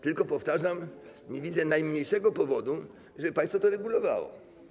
Tylko, powtarzam, nie widzę najmniejszego powodu, żeby państwo to regulowało.